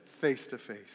face-to-face